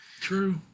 True